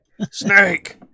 Snake